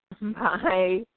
Bye